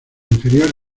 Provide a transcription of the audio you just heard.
inferior